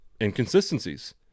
inconsistencies